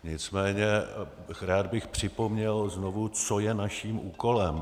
Nicméně rád bych připomněl znovu, co je naším úkolem.